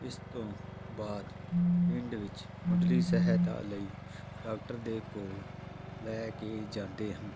ਇਸ ਤੋਂ ਬਾਅਦ ਪਿੰਡ ਵਿੱਚ ਮੁੱਢਲੀ ਸਹਾਇਤਾ ਲਈ ਡਾਕਟਰ ਦੇ ਕੋਲ ਲੈ ਕੇ ਜਾਂਦੇ ਹਾਂ